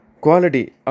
quality